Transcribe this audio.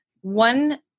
one